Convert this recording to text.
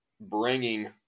bringing